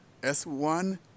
S1